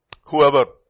whoever